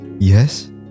Yes